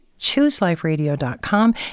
chooseliferadio.com